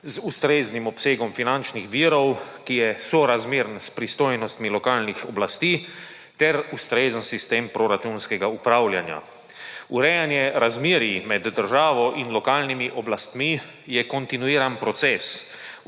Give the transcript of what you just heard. z ustreznim obsegom finančnih virov, ki je sorazmeren s pristojnostmi lokalnih oblasti, ter ustrezen sistem proračunskega upravljanja. Urejanje razmerij med državo in lokalnimi oblastmi je kontinuiran proces,